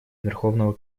верховного